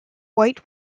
white